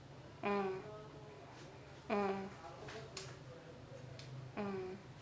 mm mm mm